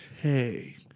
hey